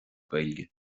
gaeilge